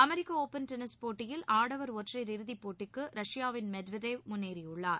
அமெரிக்க open tennis போட்டியில் ஆடவர் ஒற்றையர் இறுதிப்போட்டிக்கு ரஷ்யாவின் மெத்வதேவ் முன்னேறியுள்ளார்